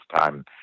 time